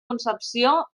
concepció